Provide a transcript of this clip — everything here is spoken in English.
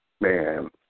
man